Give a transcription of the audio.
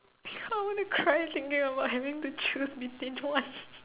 ya I wanna cry thinking about having to choose between one